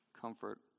comfort